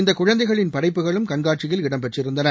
இந்த குழந்தைகளின் படைப்புகளும் கண்காட்சியில் இடம்பெற்றிருந்தன